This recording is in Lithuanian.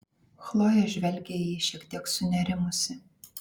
chlojė žvelgė į jį šiek tiek sunerimusi